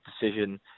decision